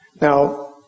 Now